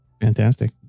Fantastic